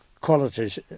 qualities